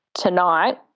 tonight